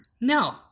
No